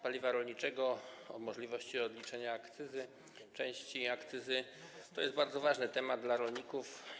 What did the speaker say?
Paliwo rolnicze i możliwość odliczenia części akcyzy to jest bardzo ważny temat dla rolników.